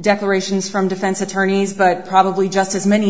declarations from defense attorneys but probably just as many